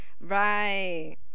Right